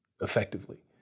effectively